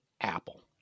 apple